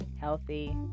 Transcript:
healthy